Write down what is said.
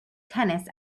tennis